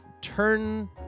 turn